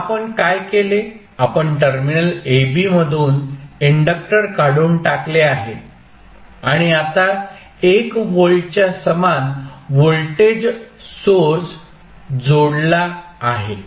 तर आपण काय केले आपण टर्मिनल AB मधून इंडक्टर काढून टाकले आहे आणि आता 1 व्होल्टच्या समान व्होल्टेज सोर्स जोडला आहे